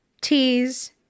teas